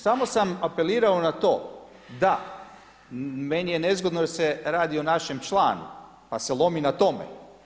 Samo sam apelirao na to da meni je nezgodno jer se radi o našem članu, pa se lomi na tome.